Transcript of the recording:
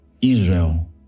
Israel